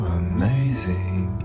amazing